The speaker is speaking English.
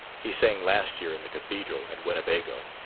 he sang last year in the cathedral at winnebago.